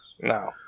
No